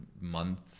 month